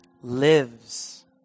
lives